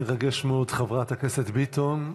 מרגש מאוד, חברת הכנסת ביטון.